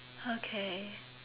okay